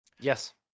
Yes